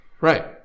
right